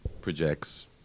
projects